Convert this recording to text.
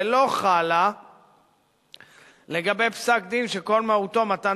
ולא חלה לגבי פסק-דין שכל מהותו מתן